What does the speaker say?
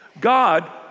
God